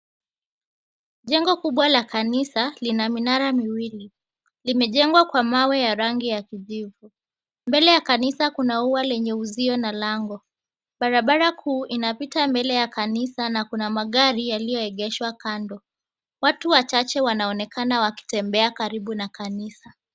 Jengo kubwa la kanisa lina minara miwili. Limejengwa kwa mawe ya rangi ya kijivu, Mbele ya kanisa kuna ua lenye uzio na lango. Barabara kuu inapita mbele ya kanisa na kuna magari yalioegeshwa kando. Watu wachache wanaonekana wakitembea karibu na kanisa.